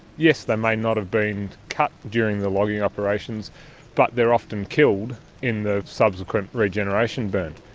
yes, they may not have been cut during the logging operations but they're often killed in the subsequent regeneration burn.